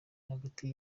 hagati